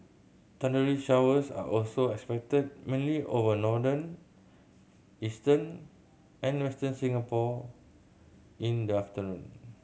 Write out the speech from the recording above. thundery showers are also expected mainly over northern eastern and Western Singapore in the afternoon